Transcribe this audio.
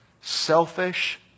selfish